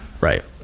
Right